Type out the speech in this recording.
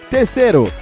Terceiro